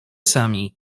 sami